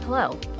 Hello